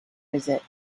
visit